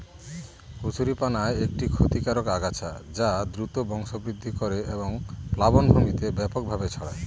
কচুরিপানা একটি ক্ষতিকারক আগাছা যা দ্রুত বংশবৃদ্ধি করে এবং প্লাবনভূমিতে ব্যাপকভাবে ছড়ায়